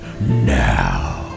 now